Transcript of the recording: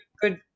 Good